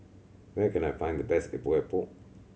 where can I find the best Epok Epok